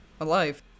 alive